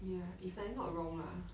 ya if I'm not wrong lah